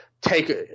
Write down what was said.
take